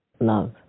love